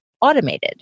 automated